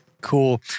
Cool